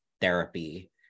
therapy